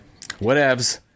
Whatevs